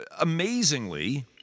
amazingly